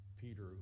Peter